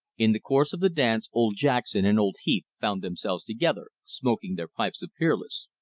in the course of the dance old jackson and old heath found themselves together, smoking their pipes of peerless.